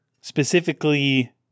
Specifically